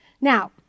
Now